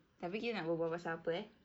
tapi kita nak berbual pasal apa eh